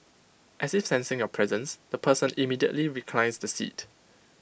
as if sensing your presence the person immediately reclines the seat